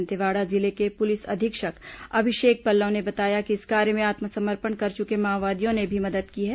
दंतेवाड़ा जिले को पुलिस अधीक्षक अभिषेक पल्लव ने बताया कि इस कार्य में आत्मसमर्पण कर चुके माओवादियों ने भी मदद की है